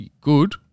Good